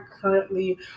currently